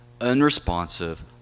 unresponsive